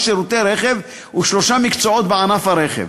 שירותי רכב ושלושה מקצועות בענף הרכב.